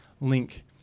link